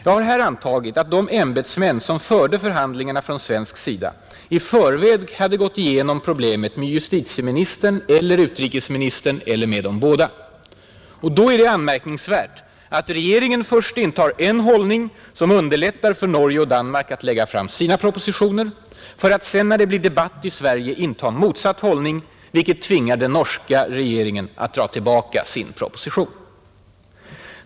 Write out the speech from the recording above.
Jag har här antagit att de ämbetsmän som förde förhandlingarna från svensk sida i förväg hade gått igenom problemet med justitieministern eller utrikesministern eller med dem båda. Och då är det anmärkningsvärt att regeringen först intar en hållning, som underlättar för Norge och Danmark att lägga fram sina propositioner, för att sedan när det blir debatt i Sverige inta motsatt hållning, vilket tvingar den norska regeringen att dra tillbaka sin proposition.